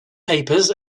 papers